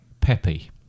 Peppy